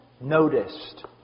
noticed